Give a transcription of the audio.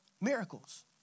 miracles